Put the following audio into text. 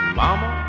mama